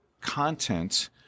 content